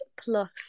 plus